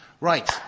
Right